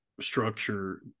structure